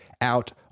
out